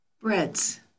breads